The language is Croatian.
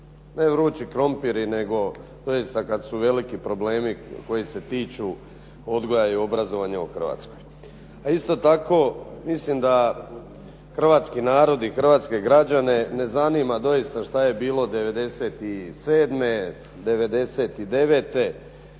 ne vrući krumpiri, nego doista kada su veliki problemi koji se tiču obrazovanja i odgoja u Hrvatskoj. A isto tako mislim da hrvatski narod i hrvatske građane ne zanima doista što je bilo '97., '99.